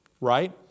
Right